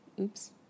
Oops